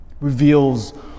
reveals